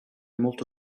molto